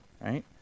right